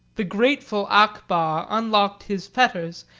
the grateful akbah unlocked his fetters,